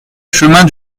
chemin